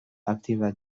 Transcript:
aktiver